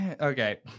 okay